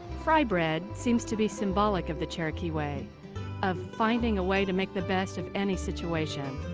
fry bread seems to be symbolic of the cherokee way of finding a way to make the best of any situation.